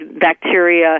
bacteria